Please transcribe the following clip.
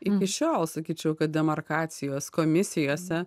iki šiol sakyčiau kad demarkacijos komisijose